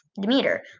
Demeter